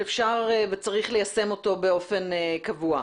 שאפשר וצריך ליישם אותו באופן קבוע.